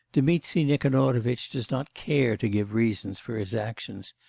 dmitri nikanorovitch does not care to give reasons for his actions.